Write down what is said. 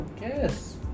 Yes